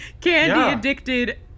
candy-addicted